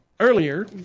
Earlier